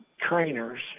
trainers